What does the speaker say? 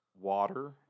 water